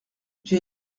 j’ai